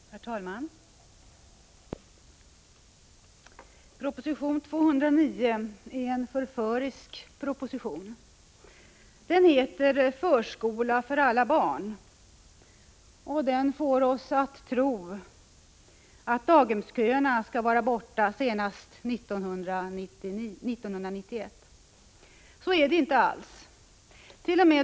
Herr talman! Proposition 209 är en förförisk proposition. Den heter Förskola för alla barn, och den får oss att tro att daghemsköerna skall vara borta senast 1991. Så är det inte alls. T. o. m.